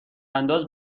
انداز